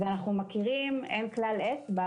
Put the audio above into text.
זה כלל אצבע,